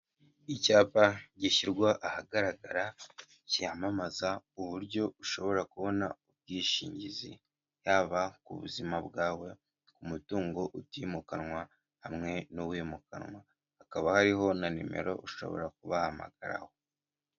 Icyapa gishyirwa ahagaragara cyamamaza uburyo ushobora kubona ubwishingizi, yaba ku buzima bwawe, ku mutungo utimukanwa hamwe n'uwimukanwa, hakaba hariho na nimero ushobora kubahamagara.